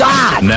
God